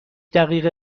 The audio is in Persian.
دقیقه